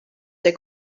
der